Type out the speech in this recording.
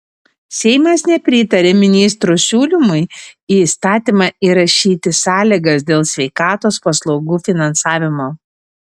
seimas nepritarė ministro siūlymui į įstatymą įrašyti sąlygas dėl sveikatos paslaugų finansavimo